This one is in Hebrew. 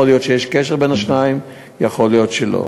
יכול להיות שיש קשר בין השניים ויכול להיות שלא.